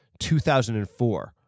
2004